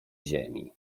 ziemi